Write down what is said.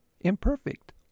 imperfect